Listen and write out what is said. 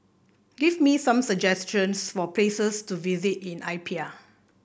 give me some suggestions for places to visit in Apia